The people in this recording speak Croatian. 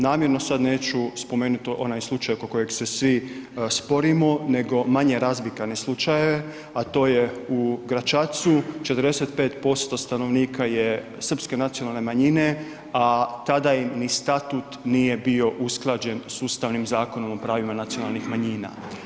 Namjerno sad neću spomenuti onaj slučaj oko kojeg se svi sporimo nego manje razvikane slučajeve, a to je u Gračacu, 45% stanovnika je srpske nacionalne manjine, a tada im ni statut nije bio usklađen s Ustavnim zakonom o pravima nacionalnih manjina.